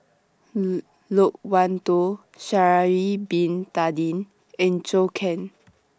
Loke Wan Tho Sha'Ari Bin Tadin and Zhou Can